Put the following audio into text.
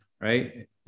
right